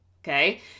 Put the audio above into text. okay